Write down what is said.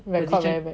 record